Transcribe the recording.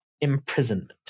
imprisonment